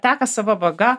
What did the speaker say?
teka sava vaga